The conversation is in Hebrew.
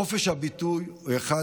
חופש הביטוי הוא אחד